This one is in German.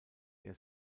der